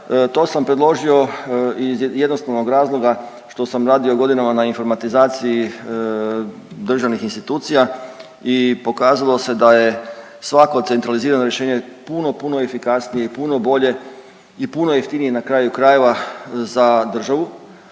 to sam predložio iz jednostavnog razloga što sam radio godinama na informatizaciji državnih institucija i pokazalo se da je svako centralizirano rješenje puno, puno efikasnije i puno bolje i puno jeftinije i na kraju krajeva za državu,